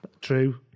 True